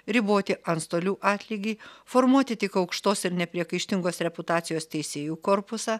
riboti antstolių atlygį formuoti tik aukštos ir nepriekaištingos reputacijos teisėjų korpusą